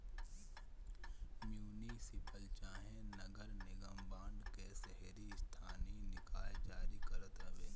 municipal चाहे नगर निगम बांड के शहरी स्थानीय निकाय जारी करत हवे